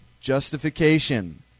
Justification